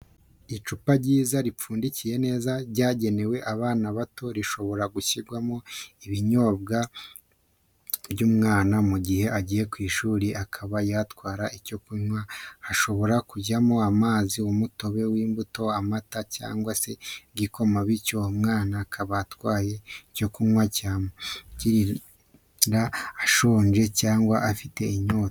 Icupa ryiza ripfundikiye neza ryagenewe abana bato rishobora gushyirwamo ibinyobwa by'umwana mu gihe agiye ku ishuri, akaba yatwaramo icyo kunywa hashobora kujyamo amazi umutobe w'imbuto, amata cyangwa se igikoma bityo umwana akaba atwaye icyo kunywa cyamuramira ashonje cyangwa afite inyota.